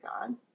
God